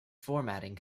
formatting